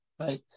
right